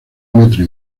metro